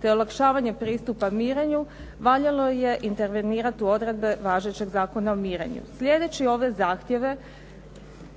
te olakšavanja pristupa mirenju, valjalo je intervenirati u odredbe važećeg Zakona o mirenju. Sljedeći ove zahtjeve